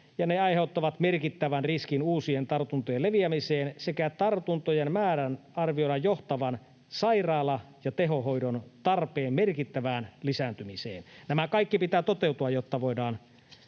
ne aiheuttavat merkittävän riskin uusien tartuntojen leviämiseen, sekä se, että tartuntojen määrän arvioidaan johtavan sairaala- ja tehohoidon tarpeen merkittävään lisääntymiseen. Näiden kaikkien pitää toteutua, jotta voidaan